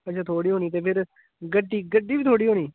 अच्छा थुआड़ी होनी ते फिर गड्डी गड्डी बी थुआड़ी होनी